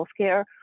healthcare